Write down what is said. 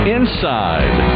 Inside